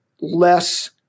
Less